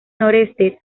noreste